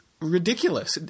ridiculous